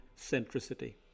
centricity